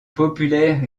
populaire